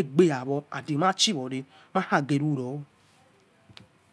egbe yowo mai shuwa and mankhe khuro